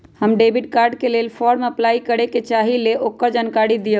हम debit card के लेल फॉर्म अपलाई करे के चाहीं ल ओकर जानकारी दीउ?